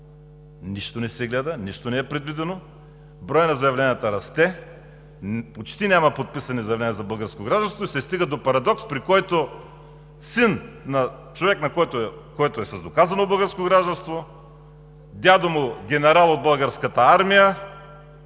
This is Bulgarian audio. Нищо не се гледа, нищо не е предвидено, броят на заявленията расте, почти няма подписани заявления за българско гражданство и се стигна до парадокс – син на човек, който е с доказано българско гражданство – дядо му е генерал от Българската армия,